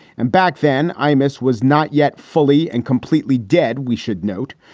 and back then i miss was not yet fully and completely dead. we should note.